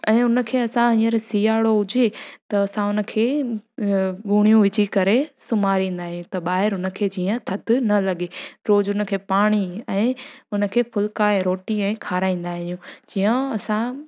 ऐं उन खे असां हींअर सियाणो हुजे त असां उन खे ॻूणियूं विझी करे सुम्हारींदा आहियूं त ॿाहिरि हुन खे जीअं थधि न लॻे रोज़ु हुन खे पाणी ऐं उन खे फुलिका ऐं रोटी ऐं खाराईंदा आहियूं जीअं असां